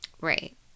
Right